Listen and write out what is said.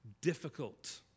difficult